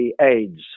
AIDS